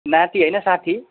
नाति होइन साथी